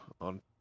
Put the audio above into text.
on